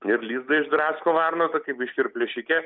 ir lizdą išdrasko varna tokia biški ir plėšikė